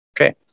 Okay